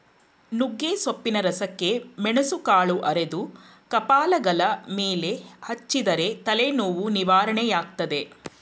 ನುಗ್ಗೆಸೊಪ್ಪಿನ ರಸಕ್ಕೆ ಮೆಣಸುಕಾಳು ಅರೆದು ಕಪಾಲಗಲ ಮೇಲೆ ಹಚ್ಚಿದರೆ ತಲೆನೋವು ನಿವಾರಣೆಯಾಗ್ತದೆ